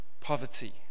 poverty